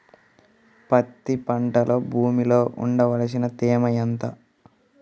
పత్తి పంటకు భూమిలో ఉండవలసిన తేమ ఎంత?